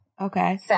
Okay